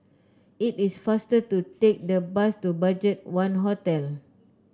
it is faster to take the bus to Budget One Hotel